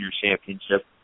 Championship